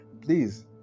please